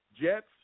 Jets